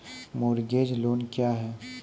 Mortgage loan क्या है?